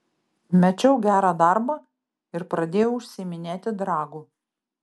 mečiau gerą darbą ir pradėjau užsiiminėti dragu